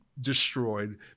destroyed